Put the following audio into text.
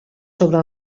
sobre